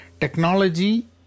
Technology